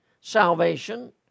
salvation